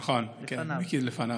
נכון, מיקי לפניו.